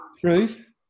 proof